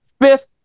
fifth